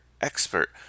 expert